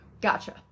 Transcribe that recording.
gotcha